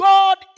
God